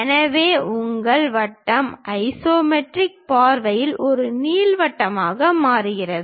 எனவே உங்கள் வட்டம் ஐசோமெட்ரிக் பார்வையில் ஒரு நீள்வட்டமாக மாறுகிறது